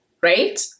right